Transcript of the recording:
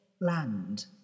land